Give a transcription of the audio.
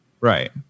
Right